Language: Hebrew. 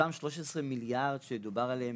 אותם 13 מיליארד שדובר עליהם